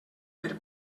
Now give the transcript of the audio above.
per